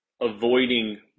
avoiding